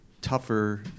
tougher